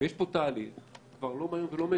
יש פה תהליך, ולא מהיום